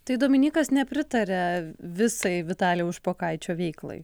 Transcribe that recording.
tai dominykas nepritaria visai vitalijaus špokaičio veiklai